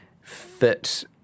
fit